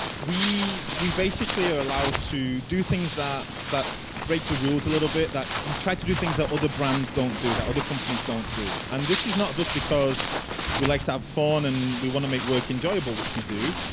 we we basically are allowed to do things that that break the rules a little bit. that we try to do things that all the brands don't do that all the companies don't do. and this is not just because we like to have fun and we want to make work enjoyable which we do.